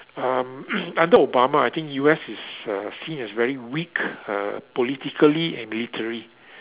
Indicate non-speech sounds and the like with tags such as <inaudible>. um <noise> under Obama I think U_S is uh seen as very weak uh politically and military